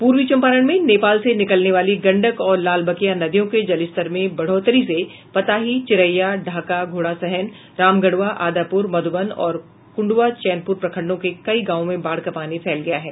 पूर्वी चंपारण में नेपाल से निकलने वाली गंडक और लालबकिया नदियों के जलस्तर में बढ़ोतरी से पताही चिरैया ढाका घोड़ासहन रामगढ़वा आदापुर मधुबन और कुंडवा चैनपुर प्रखंडों के कई गांवों में बाढ़ का पानी फैल गया है